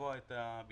לתבוע את הביטוח,